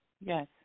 Yes